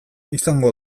izango